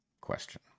question